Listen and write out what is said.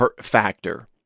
factor